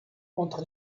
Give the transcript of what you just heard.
entre